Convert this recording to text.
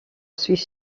suis